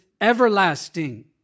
everlasting